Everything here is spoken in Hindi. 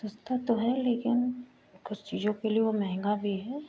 सस्ता तो है लेकिन कुछ चीज़ों के लिए वह महंगा भी है